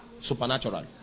supernatural